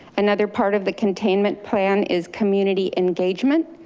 another part of the containment plan is community engagement.